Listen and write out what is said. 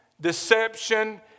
deception